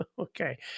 Okay